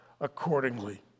accordingly